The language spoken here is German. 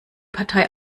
partei